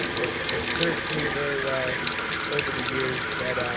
it's it's served me very well over the years. but